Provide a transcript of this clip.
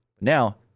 Now